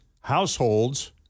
households